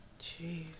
Jeez